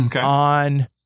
on